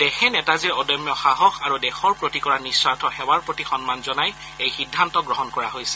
দেশে নেতাজীৰ অদম্য সাহস আৰু দেশৰ প্ৰতি কৰা নিঃস্বাৰ্থ সেৱাৰ প্ৰতি সন্মান জনাই এই সিদ্ধান্ত গ্ৰহণ কৰিছে